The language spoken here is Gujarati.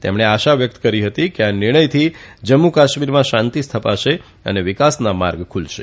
તેમણે આશા વ્યક્ત કરી હતી કે આ નિર્ણય થી જમ્મુ કાશ્મીરમાં શાંતિ સ્થપાશે અને વિકાસના માર્ગ ખુલશે